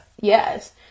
Yes